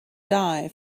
die